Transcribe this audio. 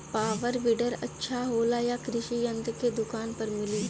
Power weeder अच्छा होला यह कृषि यंत्र के दुकान पर मिली?